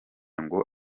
ngo